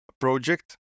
project